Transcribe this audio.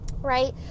Right